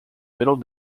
middle